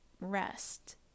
rest